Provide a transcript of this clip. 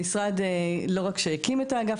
המשרד לא רק שהקים את האגף,